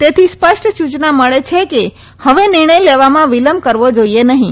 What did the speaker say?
તેથી સ્પષ્ટ સૂચના મળે છે કે હવે નિર્ણય લેવામાં વિલંબ કરવો જાઈએ નહીં